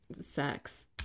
sex